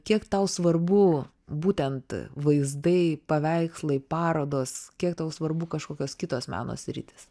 kiek tau svarbu būtent vaizdai paveikslai parodos kiek tau svarbu kažkokios kitos meno sritys